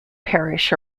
parish